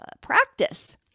practice